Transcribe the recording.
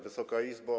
Wysoka Izbo!